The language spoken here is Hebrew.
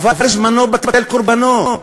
עבר זמנו, בטל קורבנו,